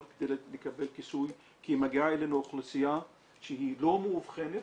כדי לקבל כיסוי כי מגיעה אלינו אוכלוסייה שהיא לא מאובחנת.